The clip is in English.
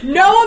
no